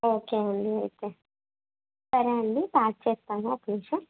okay అండి అయితే సరే అండి ప్యాక్ చేస్తాను ఒక్క నిముషం